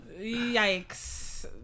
Yikes